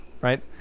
Right